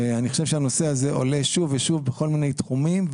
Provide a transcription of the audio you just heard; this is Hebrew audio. אני חושב שהנושא הזה עולה שוב ושוב בכל מיני תחומים,